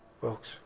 Folks